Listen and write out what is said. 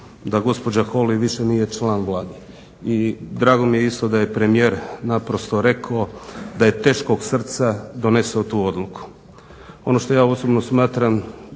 da gospođa Holy više nije član Vlade. I drago mi je isto da je premijer naprosto rekao da je teškog srca donio tu odluku. Ono što ja osobno smatram,